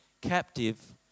captive